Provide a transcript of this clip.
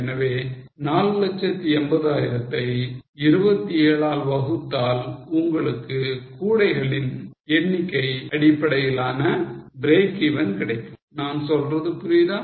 எனவே 480000 ஐ 27 ஆல் வகுத்தால் உங்களுக்கு கூடைகளின் எண்ணிக்கை அடிப்படையிலான breakeven கிடைக்கும் நான் சொல்றது புரிகிறதா